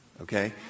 Okay